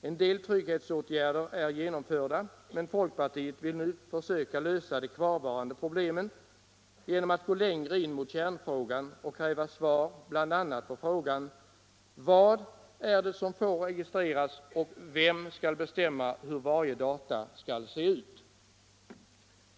En del trygghetsåtgärder är genomförda, men folkpartiet vill nu försöka lösa de kvarvarande problemen genom att gå längre in mot kärnfrågan och kräva svar på bl.a. detta: Vad är det som får registreras och vem skall bestämma hur varje datauppgift skall se ut?